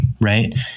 right